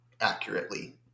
accurately